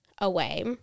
away